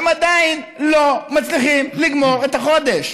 הם עדיין לא מצליחים לגמור את החודש.